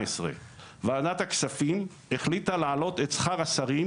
ועדת הכספים החליטה להעלות את שכר השרים